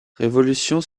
révolution